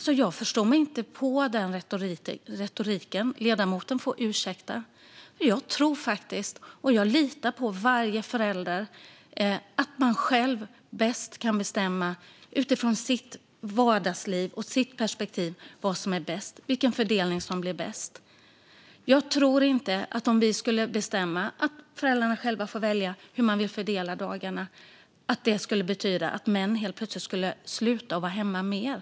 Jag förstår mig inte på den retoriken. Ledamoten får ursäkta. Jag tror och litar på att varje förälder själv, utifrån sitt vardagsliv och sitt perspektiv, bäst kan bestämma vilken fördelning som blir bäst. Jag tror inte att det, om vi skulle bestämma att föräldrarna själva får välja hur de vill fördela dagarna, skulle betyda att män helt plötsligt skulle sluta vara hemma mer.